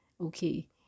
okay